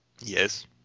Yes